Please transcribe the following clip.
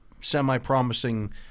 semi-promising